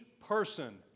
Person